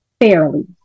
fairly